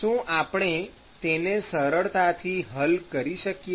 શું આપણે તેને સરળતાથી હલ કરી શકીએ